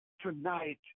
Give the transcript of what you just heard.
Tonight